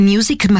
Music